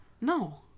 No